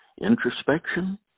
introspection